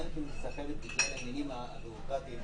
גם אם זו סחבת בגלל עניינים ביורוקרטיים,